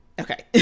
Okay